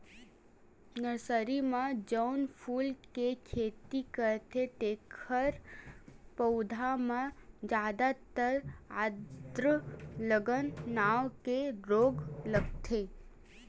nursery म जउन फूल के खेती करथे तेखर पउधा म जादातर आद्र गलन नांव के रोग लगथे